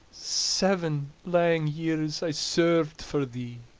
seven lang years i served for thee,